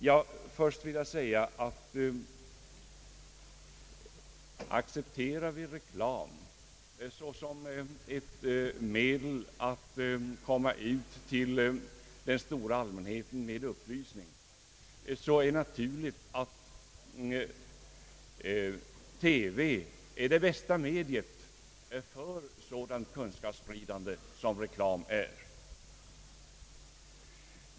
Ja, först vill jag säga, att accepterar vi reklamen såsom ett medel att komma ut till den stora allmänheten med upplysning, så är det naturligt att TV är det bästa mediet för sådant kunskapsspridande som reklam utgör.